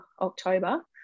October